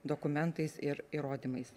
dokumentais ir įrodymais